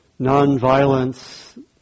nonviolence